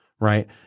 right